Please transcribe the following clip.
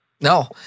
No